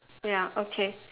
ya okay